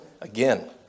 Again